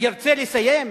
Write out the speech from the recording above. ירצה לסיים?